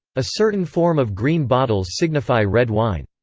a certain form of green bottles signify red wine.